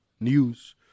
news